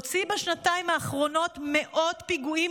הוציא בשנתיים האחרונות מאות פיגועים